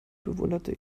bewunderte